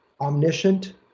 omniscient